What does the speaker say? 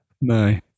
No